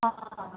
हाँ